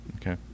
okay